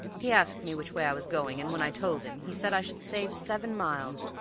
he asked me which way i was going, and, when i told him, he said i should save seven miles,